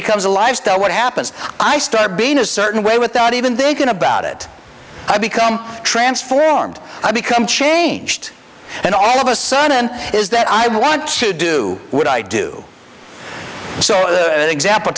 becomes a lifestyle what happens i start being a certain way without even thinking about it i become transformed i become changed and i have a son and is that i want to do what i do so the example